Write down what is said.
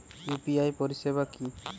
UPI পরিসেবা কি?